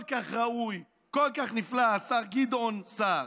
כל כך ראוי, כל כך נפלא, השר גדעון סער.